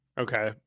Okay